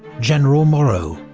general moreau.